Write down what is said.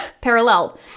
parallel